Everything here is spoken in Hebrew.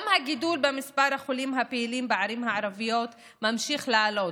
גם הגידול במספר החולים הפעילים בערים הערביות ממשיך לעלות,